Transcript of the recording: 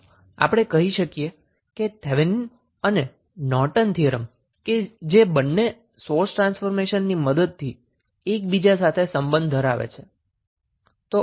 આમ આપણે કહી શકીએ કે થેવેનીન અને નોર્ટન થીયરમ જે બંને સોર્સ ટ્રાન્સફોર્મેશનની મદદથી એકબીજા સાથે સંબંધ ધરાવે છે